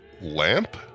lamp